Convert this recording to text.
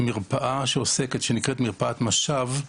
מרפאה הנקראת "מרפאת מש"ב"